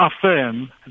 affirm